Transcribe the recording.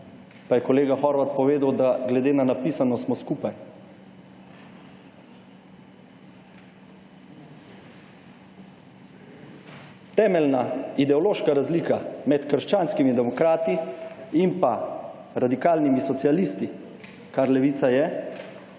Pa je kolega Horvat povedal, da glede na napisano smo skupaj. Temeljna ideološka razlika med krščanskimi demokrati in pa radikalnimo socialisti, kar Levica je,